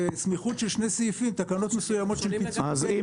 בסמיכות של שני סעיפים תקנות מסוימות של פיצוי --- אז אם